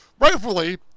Rightfully